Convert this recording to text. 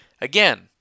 again